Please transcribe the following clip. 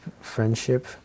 friendship